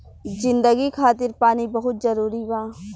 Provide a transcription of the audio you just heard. जिंदगी खातिर पानी बहुत जरूरी बा